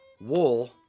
wool